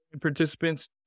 participants